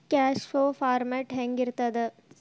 Cash flow format ಹೆಂಗಿರ್ತದ?